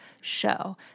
show